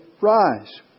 rise